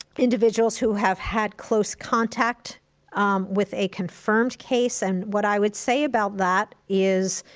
individuals who have had close contact with a confirmed case and what i would say about that is,